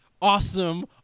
Awesome